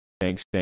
thanks